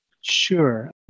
Sure